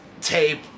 tape